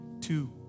two